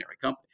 company